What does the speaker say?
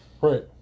Right